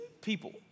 people